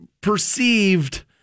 perceived